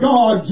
God